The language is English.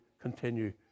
continue